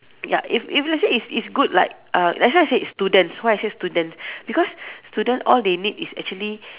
ya if if you say it's it's good like uh that's why I say students why I say student because student all they need is actually